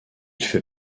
fait